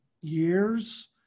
years